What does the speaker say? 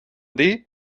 dir